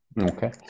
Okay